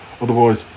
otherwise